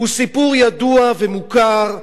הוא סיפור ידוע ומוכר.